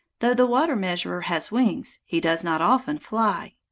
though the water-measurer has wings, he does not often fly.